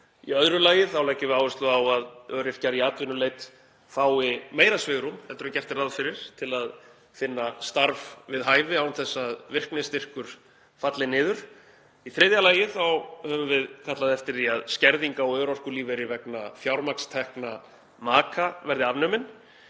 Í öðru lagi leggjum við áherslu á að öryrkjar í atvinnuleit fái meira svigrúm heldur en gert er ráð fyrir til að finna starf við hæfi án þess að virknistyrkur falli niður. Í þriðja lagi höfum við kallað eftir því að skerðing á örorkulífeyri vegna fjármagnstekna maka verði afnumin.